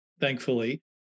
thankfully